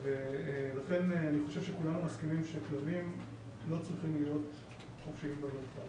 ולכן אני חושב שכולנו מסכימים שכלבים לא צריכים להיות חופשיים במרחב.